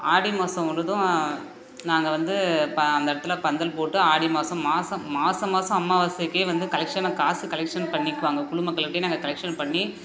ஆடி மாதம் முழுதும் நாங்கள் வந்து ப அந்த இடத்துல பந்தல் போட்டு ஆடி மாதம் மாதம் மாதம் மாதம் அமாவாசைக்கே வந்து கலெக்ஷனை காசு கலெக்ஷன் பண்ணிக்குவாங்க குழு மக்களுக்கிட்டயே நாங்கள் கலெக்ஷன் பண்ணி